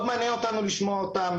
מאוד מעניין אותנו לשמוע אותם,